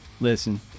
Listen